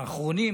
האחרונים,